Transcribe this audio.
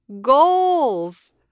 goals